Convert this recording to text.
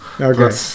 Okay